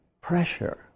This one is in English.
pressure